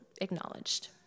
acknowledged